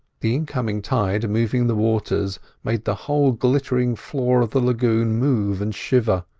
the incoming tide moving the waters made the whole glittering floor of the lagoon move and shiver,